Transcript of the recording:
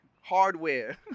Hardware